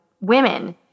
women